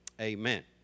Amen